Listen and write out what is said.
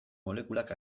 molekulak